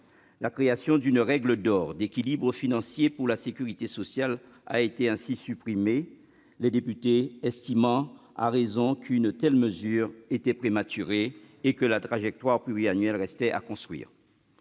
La création d'une règle d'or d'équilibre financier pour la sécurité sociale a ainsi été supprimée, les députés estimant à raison qu'une telle mesure était prématurée et que la trajectoire pluriannuelle restait à construire.